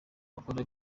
bakora